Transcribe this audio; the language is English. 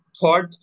thought